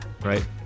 right